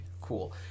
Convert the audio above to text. cool